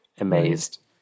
amazed